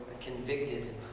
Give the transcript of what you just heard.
convicted